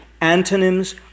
Antonyms